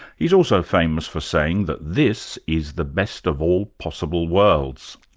he's also famous for saying that this is the best of all possible worlds.